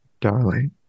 darling